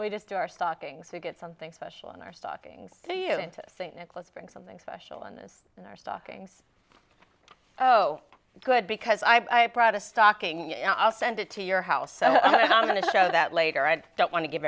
we just do our stockings we get something special in our stockings are you into saint nicholas bring something special in this in our stockings oh good because i brought a stocking i'll send it to your house so i'm going to show that later i don't want to give